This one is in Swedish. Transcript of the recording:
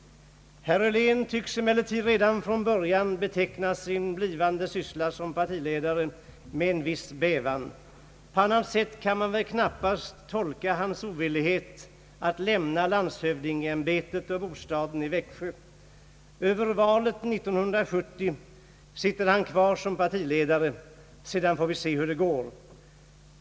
Herr Helén tycks emellertid redan från början betrakta sin blivande syssla som partiledare med en viss bävan. På annat sätt kan man knappast tolka hans ovillighet att lämna landshövdingeämbetet och bostaden i Växjö. Över valet 1970 sitter han kvar som partiledare. Sedan får vi se hur det går.